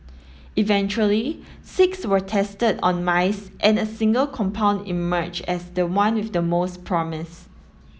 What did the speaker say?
eventually six were tested on mice and a single compound emerged as the one with the most promise